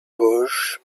gauge